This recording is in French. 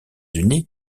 unis